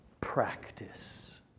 practice